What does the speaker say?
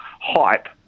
hype